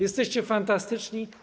Jesteście fantastyczni.